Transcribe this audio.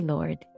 Lord